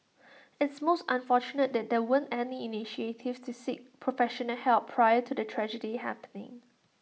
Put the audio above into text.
it's most unfortunate that there weren't any initiative to seek professional help prior to the tragedy happening